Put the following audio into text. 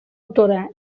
autora